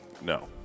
No